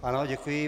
Ano, děkuji.